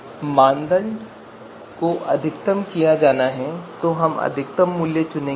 तो मानदंड को अधिकतम किया जाना है तो हम अधिकतम मूल्य चुनेंगे